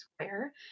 Square